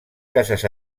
cases